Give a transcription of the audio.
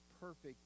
perfect